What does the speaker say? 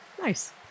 Nice